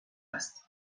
است